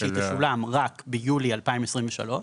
שהיא תשולם רק ביולי 2023,